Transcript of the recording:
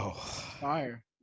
fire